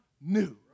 new